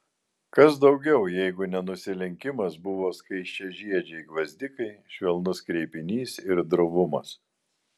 kas daugiau jeigu ne nusilenkimas buvo skaisčiažiedžiai gvazdikai švelnus kreipinys ir drovumas